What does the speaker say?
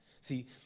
See